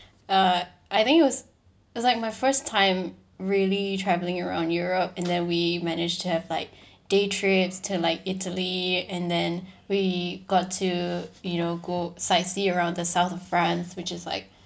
uh I think it was it was like my first time really travelling around europe and then we managed to have like day trips to like italy and then we got to you know go sight see around the south of france which is like